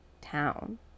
town